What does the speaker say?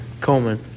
Coleman